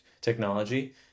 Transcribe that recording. technology